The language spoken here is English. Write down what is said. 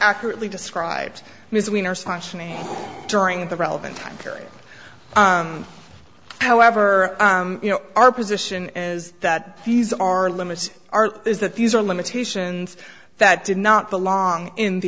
accurately described misdemeanor sashimi during the relevant time period however you know our position is that these are limits are is that these are limitations that did not belong in the